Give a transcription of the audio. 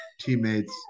teammates